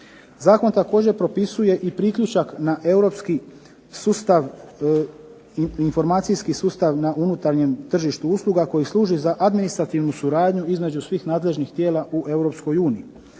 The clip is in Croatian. Zakon također propisuje i priključak na europski sustav, informacijski sustav na unutarnjem tržištu usluga, koji služi za administrativnu suradnju između svih nadležnih tijela u